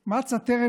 שיקסע, אתה קורא